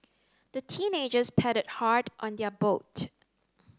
the teenagers paddled hard on their boat